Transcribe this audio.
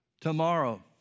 tomorrow